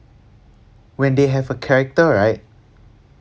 when they have a character right